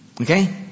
Okay